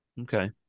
Okay